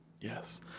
yes